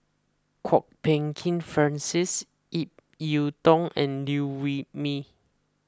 Kwok Peng Kin Francis Ip Yiu Tung and Liew Wee Mee